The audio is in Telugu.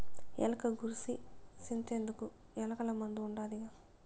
ఎలక గూర్సి సింతెందుకు, ఎలకల మందు ఉండాదిగా